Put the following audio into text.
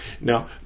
Now